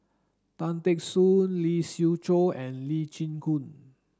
Tan Teck Soon Lee Siew Choh and Lee Chin Koon